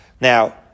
Now